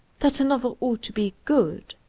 that a novel ought to be good,